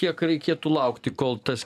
kiek reikėtų laukti kol tas